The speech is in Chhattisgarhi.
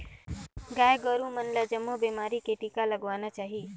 गाय गोरु मन ल जमो बेमारी के टिका लगवाना चाही